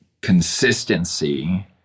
consistency